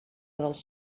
dels